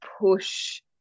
push